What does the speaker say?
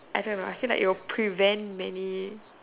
I don't know I feel like it'll prevent many